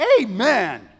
Amen